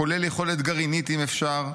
הכולל יכולת גרעינית אם אפשר,